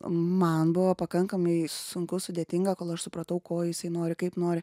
man buvo pakankamai sunku sudėtinga kol aš supratau ko jisai nori kaip nori